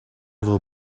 will